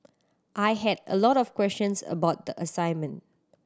I had a lot of questions about the assignment